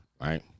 Right